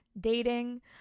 dating